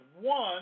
one